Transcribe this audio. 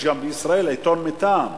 יש גם בישראל עיתון מטעם,